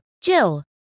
Jill